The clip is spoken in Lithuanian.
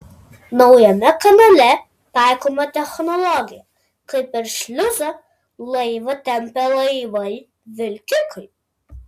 naujame kanale taikoma technologija kai per šliuzą laivą tempia laivai vilkikai